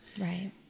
right